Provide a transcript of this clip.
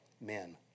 men